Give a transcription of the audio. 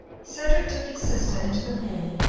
cedric took his sister into the hall,